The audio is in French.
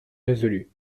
résolu